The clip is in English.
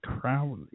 Crowley